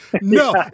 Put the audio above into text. No